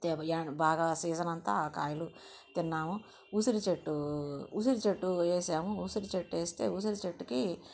తేవయాన బాగా సీజన్ అంతా కాయలు తిన్నాము ఉసిరి చెట్టు ఉసిరి చెట్టు వేసాము ఉసిరి చెట్టు వేస్తే ఉసిరి చెట్టుకి